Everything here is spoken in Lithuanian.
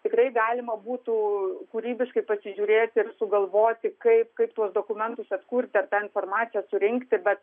tikrai galima būtų kūrybiškai pasižiūrėti ir sugalvoti kaip kaip tuos dokumentus atkurti ar tą informaciją surinkti bet